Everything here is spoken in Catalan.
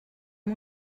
amb